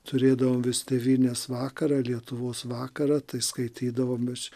turėdavom vis tėvynės vakarą lietuvos vakarą tai skaitydavom iš